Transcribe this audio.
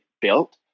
built